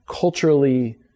culturally